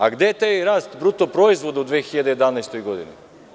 A gde je taj rast bruto proizvoda u 2011. godini?